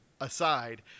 aside